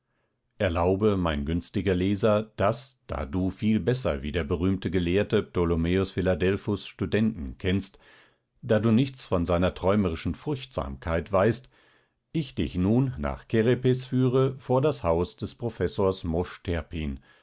erlaube mein günstiger leser daß da du viel besser wie der berühmte gelehrte ptolomäus philadelphus studenten kennst da du nichts von seiner träumerischen furchtsamkeit weißt ich dich nun nach kerepes führe vor das haus des professors mosch terpin